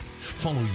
follow